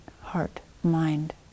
heart-mind